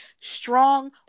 strong